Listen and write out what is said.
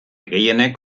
gehienek